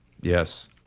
Yes